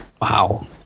Wow